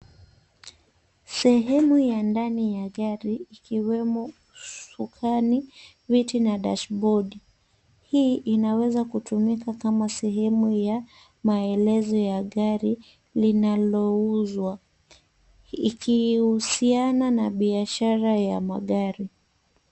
Sehemu ya ndani ya gari ikiwemo usukani, viti na dashibodi. Hii inaweza kutumika kama sehemu ya maelezo ya gari linalouzwa ikihusiana na biashara ya magari.